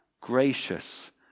gracious